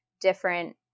different